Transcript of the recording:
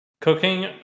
cooking